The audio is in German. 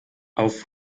auf